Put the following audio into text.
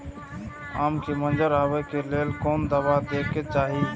आम के मंजर आबे के लेल कोन दवा दे के चाही?